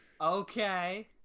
Okay